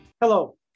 Hello